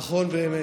נכון, באמת.